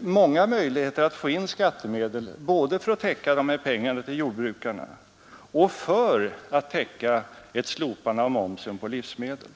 många möjligheter att få in skattemedel både för att täcka pengarna till jordbrukarna och för att täcka ett slopande av momsen på livsmedel.